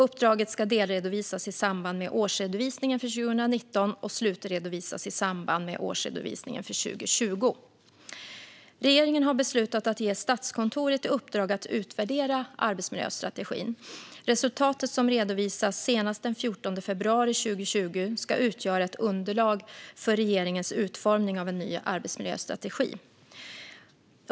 Uppdraget ska delredovisas i samband med årsredovisningen för 2019 och slutredovisas i samband med årsredovisningen för 2020. Regeringen har beslutat att ge Statskontoret i uppdrag att utvärdera arbetsmiljöstrategin. Resultatet, som redovisas senast den 14 februari 2020, ska utgöra ett underlag för regeringens utformning av en ny arbetsmiljöstrategi.